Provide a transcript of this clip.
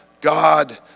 God